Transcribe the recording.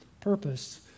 purpose